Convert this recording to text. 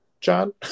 john